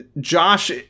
Josh